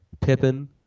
Pippen